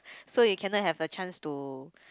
so you cannot have a chance to